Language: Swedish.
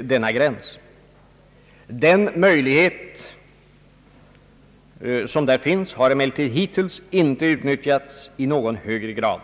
denna gräns. Den möjligheten har dock hittills inte utnyttjats i någon högre grad.